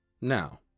Now